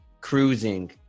cruising